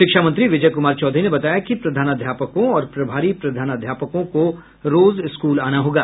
शिक्षा मंत्री विजय कुमार चौधरी ने बताया कि प्रधानाध्यापकों और प्रभारी प्रधानाध्यापकों को रोज स्कूल आना होगा